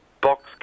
Box